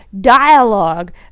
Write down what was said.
dialogue